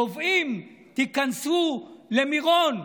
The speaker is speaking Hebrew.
תובעים: תיכנסו למירון.